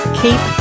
keep